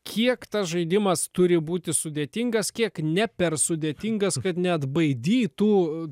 kiek tas žaidimas turi būti sudėtingas kiek ne per sudėtingas kad neatbaidytų